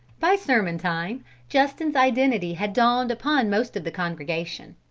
by sermon time justin's identity had dawned upon most of the congregation.